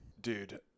dude